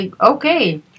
Okay